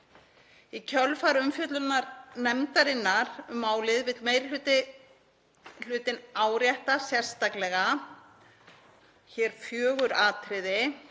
Í kjölfar umfjöllunar nefndarinnar um málið vill meiri hlutinn árétta sérstaklega hér fjögur atriði.